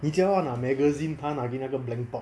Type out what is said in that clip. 你叫他拿 magazine 他拿那个 blank pouch